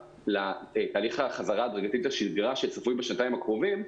להליך החזרה ההדרגתית לשגרה שצפוי בשנתיים הקרובות,